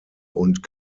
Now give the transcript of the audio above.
und